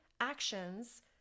actions